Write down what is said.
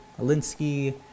Alinsky